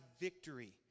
victory